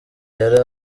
yari